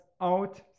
out